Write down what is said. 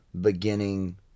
beginning